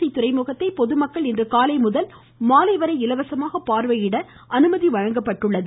C துறைமுகத்தை பொதுமக்கள் இன்று காலை முதல் மாலை வரை இலவசமாக பார்வையிட அனுமதி வழங்கப்பட்டுள்ளது